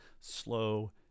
Slow